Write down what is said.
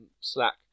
Slack